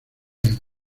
bien